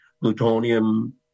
plutonium